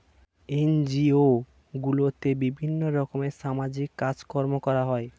NGO গুলোতে বিভিন্ন রকমের সামাজিক কাজকর্ম করা হয়